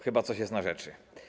Chyba coś jest na rzeczy.